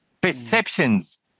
perceptions